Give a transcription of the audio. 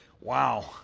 wow